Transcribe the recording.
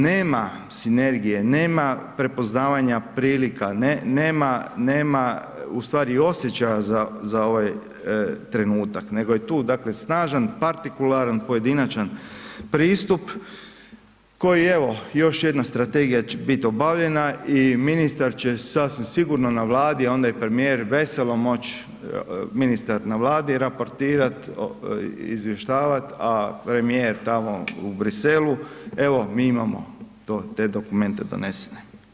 Nema sinergije, nema prepoznavanja prilika, nema ustvari osjećaja za ovaj trenutak nego je tu dakle snažan partikularan pojedinačan pristup koji evo, još jedna strategija će biti obavljena i ministar će sasvim sigurno na Vladi, a onda i premijer veselo moći, ministar na Vladi raportirati i izvještavati, a premijer tamo u Bruxellesu, evo, mi imamo to, te dokumente donesene.